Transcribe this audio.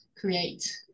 create